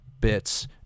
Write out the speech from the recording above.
bits